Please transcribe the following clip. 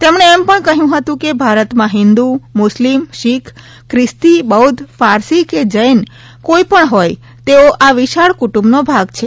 તેમણે એમ પણ કહ્યું હતું કે ભારતમાં હિન્દુ મુસ્લિમ શીખ ખ્રિસ્તી બૌદ્ધ પારસી કે જૈન કોઈ પણ હોય તેઓ આ વિશાળ કુટુંબનો ભાગ છે